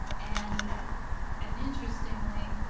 and and interestingly,